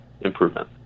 improvement